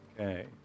Okay